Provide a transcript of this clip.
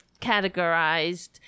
categorized